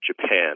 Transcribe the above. Japan